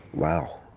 wow.